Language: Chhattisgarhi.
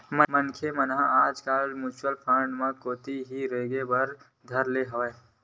मनखे मन ह आजकल सोझ म्युचुअल फंड कोती ही रेंगे बर धर ले हवय